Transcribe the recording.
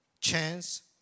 chance